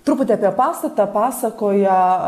truputį apie pastatą pasakoja